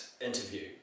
interview